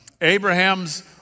Abraham's